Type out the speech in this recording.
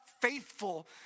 faithful